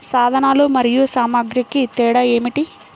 సాధనాలు మరియు సామాగ్రికి తేడా ఏమిటి?